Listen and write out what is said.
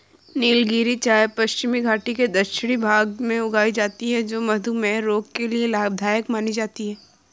नीलगिरी चाय पश्चिमी घाटी के दक्षिणी भाग में उगाई जाती है जो मधुमेह रोग के लिए लाभदायक मानी जाती है